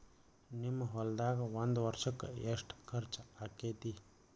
ನಿಮ್ಮ ಹೊಲ್ದಾಗ ಒಂದ್ ವರ್ಷಕ್ಕ ಎಷ್ಟ ಖರ್ಚ್ ಆಕ್ಕೆತಿ?